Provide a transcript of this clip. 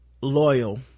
loyal